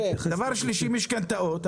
הדבר השלישי הוא משכנתאות.